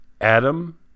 Adam